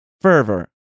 fervor